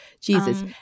Jesus